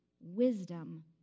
wisdom